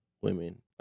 women